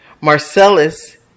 Marcellus